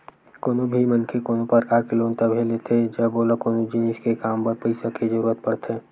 कोनो भी मनखे कोनो परकार के लोन तभे लेथे जब ओला कोनो जिनिस के काम बर पइसा के जरुरत पड़थे